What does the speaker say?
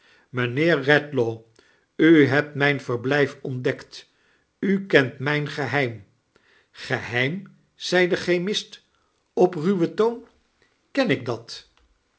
eedlaw u hebt mijn verblijf ontdekt u kent mijn geheim geheim zei de chemist op ruwen toon ken ik dat